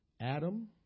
Adam